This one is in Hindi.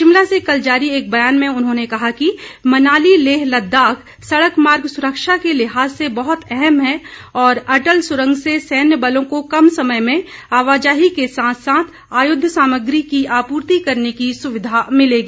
शिमला से कल जारी एक बयान में उन्होंने कहा कि मनाली लेह लद्दाख सड़क मार्ग सुरक्षा के लिहाज से बहुत अहम है और अटल सुरंग से सैन्य बलों को कम समय में आवाजाही के साथ साथ आयुद्ध सामग्री की आपूर्ति करने की सुविधा मिलेगी